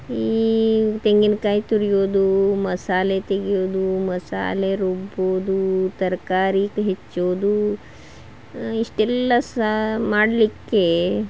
ಈ ತೆಂಗಿನ್ಕಾಯಿ ತುರಿಯೋದು ಮಸಾಲೆ ತೆಗಿಯೋದು ಮಸಾಲೆ ರುಬ್ಬೋದು ತರಕಾರಿ ಹೆಚ್ಚೋದು ಇಷ್ಟೆಲ್ಲ ಸಹ ಮಾಡಲಿಕ್ಕೆ